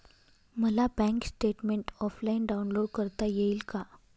मला bank statement offline download करता येईल का?